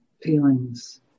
feelings